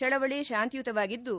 ಚಳವಳಿ ಶಾಂತಿಯುತವಾಗಿದ್ದು